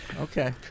Okay